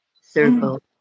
circle